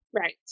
Right